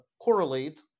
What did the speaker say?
correlate